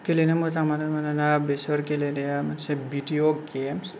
गेलेनो मोजां मोनो मानोना बेसोर गेलेनाया मोनसे भिदिअ गेम्स